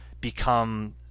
become